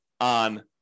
on